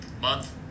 month